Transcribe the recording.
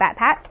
backpack